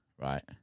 right